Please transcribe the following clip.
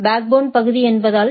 எனவே பேக்போன்பகுதி என்பதால்